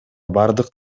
бардык